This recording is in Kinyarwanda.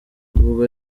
ubwo